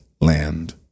land